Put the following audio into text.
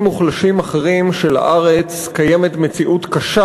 מוחלשים אחרים של הארץ קיימת מציאות קשה,